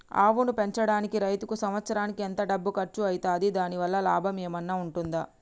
ఆవును పెంచడానికి రైతుకు సంవత్సరానికి ఎంత డబ్బు ఖర్చు అయితది? దాని వల్ల లాభం ఏమన్నా ఉంటుందా?